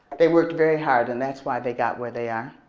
they worked very hard and that's why they got where they are,